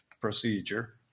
procedure